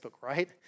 right